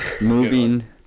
Moving